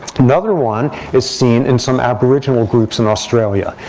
another one is seen in some aboriginal groups in australia.